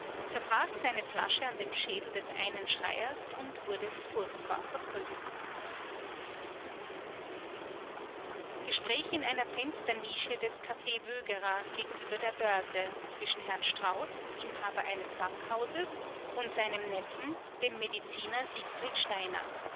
zerbrach seine flasche an dem schädel des einen schreiers und wurde furchtbar verprügelt gespräch in einer fensternische des kaffee wögerer gegenüber der börse zwischen herrn strauß inhaber eines bankhauses und seinem neffen dem mediziner siegfried steiner